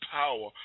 power